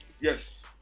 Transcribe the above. yes